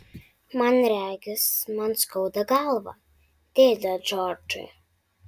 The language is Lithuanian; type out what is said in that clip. man regis man skauda galvą dėde džordžai